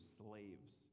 slaves